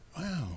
Wow